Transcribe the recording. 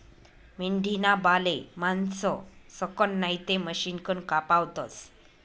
मेंढीना बाले माणसंसकन नैते मशिनकन कापावतस